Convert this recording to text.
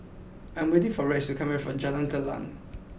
I am waiting for Rex to come back from Jalan Telang